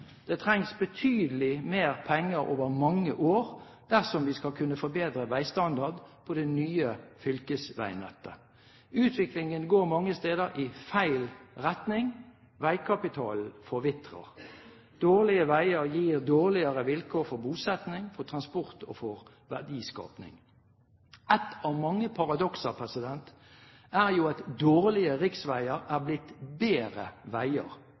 Det trengs betydelig mer penger over mange år dersom vi skal kunne forbedre veistandarden på det nye fylkesveinettet. Utviklingen går mange steder i feil retning. Veikapitalen forvitrer. Dårlige veier gir dårligere vilkår for bosetting, for transport og for verdiskaping. Et av mange paradokser er jo at dårlige riksveier er blitt bedre veier,